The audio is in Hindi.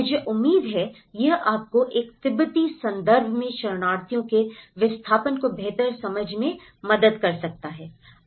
मुझे उम्मीद है यह आपको एक तिब्बती संदर्भ में शरणार्थियों के विस्थापन की बेहतर समझ में मदद करता है